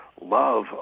Love